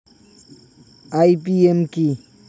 IPM কি?